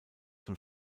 von